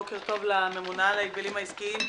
בוקר טוב לממונה על ההגבלים העסקיים,